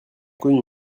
connus